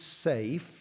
safe